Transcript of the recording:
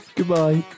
Goodbye